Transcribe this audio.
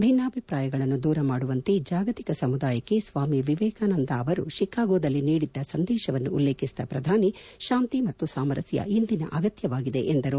ಭಿನ್ನಾಭಿಪ್ರಾಯಗಳನ್ನು ದೂರ ಮಾಡುವಂತೆ ಜಾಗತಿಕ ಸಮುದಾಯಕ್ಕೆ ಸ್ಲಾಮಿ ವಿವೇಕಾನಂದ ಅವರು ಶಿಕಾಗೋದಲ್ಲಿ ನೀಡಿದ ಸಂದೇಶವನ್ನು ಉಲ್ಲೇಖಿಸಿದ ಪ್ರಧಾನಿ ಶಾಂತಿ ಮತ್ತು ಸಾಮರಸ್ನ ಇಂದಿನ ಅಗತ್ಯವಾಗಿದೆ ಎಂದರು